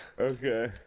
Okay